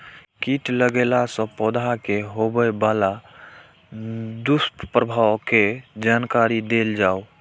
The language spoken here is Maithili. कीट लगेला से पौधा के होबे वाला दुष्प्रभाव के जानकारी देल जाऊ?